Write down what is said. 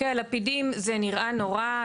הלפידים זה נראה נורא,